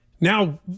Now